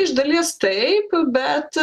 iš dalies taip bet